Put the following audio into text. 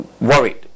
worried